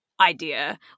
idea